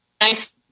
nice